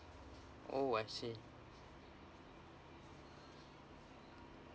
oh I see